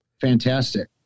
Fantastic